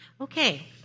Okay